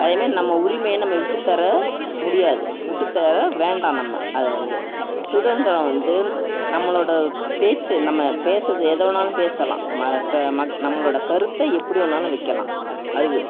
அதேமாதிரி நம்ம உரிமையை நம்ம விட்டுத் தர முடியாது விட்டுத் தர வேண்டாம் நம்ம அதை வந்து சுதந்திரம் வந்து நம்மளோடய பேச்சு நம்ம பேசுகிறது எதை வேணாலும் பேசலாம் ம க மக் நம்மளோடய கருத்தை எப்படி வேணாலும் வைக்கலாம் அது